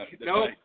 no